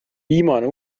viimane